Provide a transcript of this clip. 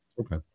Okay